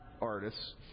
artists